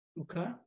Okay